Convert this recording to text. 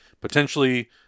potentially